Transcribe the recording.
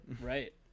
Right